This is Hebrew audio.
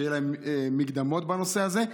שיהיו להם מקדמות בנושא הזה.